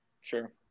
Sure